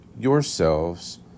yourselves